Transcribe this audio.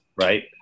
right